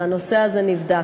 והנושא הזה נבדק.